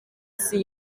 isi